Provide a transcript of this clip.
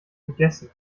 gegessen